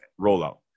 rollout